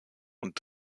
und